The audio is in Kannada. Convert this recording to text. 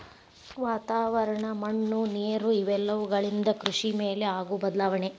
ವಾತಾವರಣ, ಮಣ್ಣು ನೇರು ಇವೆಲ್ಲವುಗಳಿಂದ ಕೃಷಿ ಮೇಲೆ ಆಗು ಬದಲಾವಣೆ